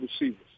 receivers